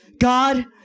God